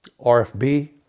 RFB